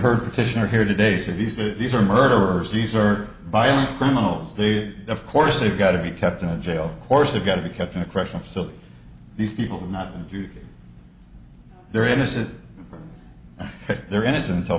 heard petitioner here today say these that these are murderers these are buying criminals they of course they've got to be kept in a jail course they've got to be kept in a correctional facility these people not you they're innocent they're innocent til